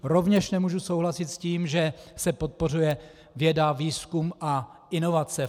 Rovněž nemůžu souhlasit s tím, že se podporuje věda, výzkum a inovace.